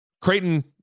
Creighton